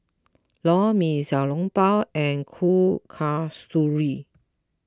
Lor Mee Xiao Long Bao and Kuih Kasturi